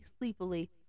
sleepily